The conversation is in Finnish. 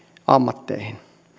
ammatteihin